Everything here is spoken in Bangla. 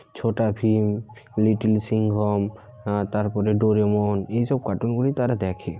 ছোটা ভিম লিটল সিংহম তারপরে ডোরেমন এই সব কার্টুনগুলি তারা দেখে